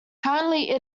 currently